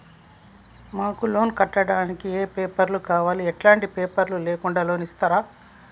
మాకు లోన్ కావడానికి ఏమేం పేపర్లు కావాలి ఎలాంటి పేపర్లు లేకుండా లోన్ ఇస్తరా?